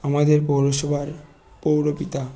আমাদের পৌরসভার পৌরপিতা